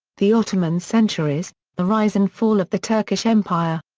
the ottoman centuries the rise and fall of the turkish empire.